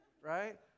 Right